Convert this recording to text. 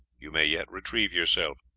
you may yet retrieve yourself.